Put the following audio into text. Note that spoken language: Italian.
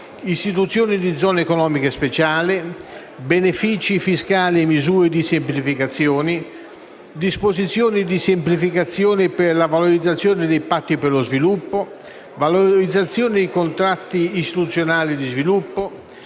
istituzione di Zone economiche speciali; benefici fiscali e misure di semplificazione; disposizioni di semplificazione per la valorizzazione dei Patti per lo sviluppo; valorizzazione dei contratti istituzionali di sviluppo;